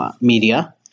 media